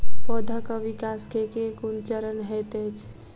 पौधाक विकास केँ केँ कुन चरण हएत अछि?